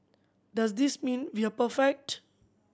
does this mean we are perfect